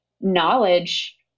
knowledge